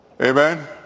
Amen